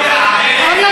זאת הבעיה.